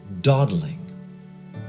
dawdling